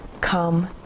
come